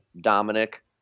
Dominic